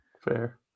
fair